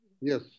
Yes